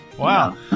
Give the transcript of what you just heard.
Wow